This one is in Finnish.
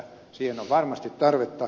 siihen on varmasti tarvetta